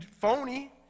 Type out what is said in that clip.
phony